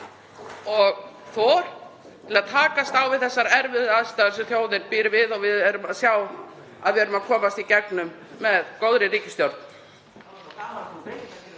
og þor til að takast á við þær erfiðu aðstæður sem þjóðin býr við og við sjáum að við erum að komast í gegnum með góðri ríkisstjórn.